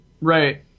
Right